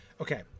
Okay